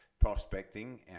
prospecting